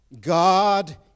God